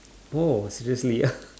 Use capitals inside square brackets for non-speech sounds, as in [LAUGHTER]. oh seriously [LAUGHS]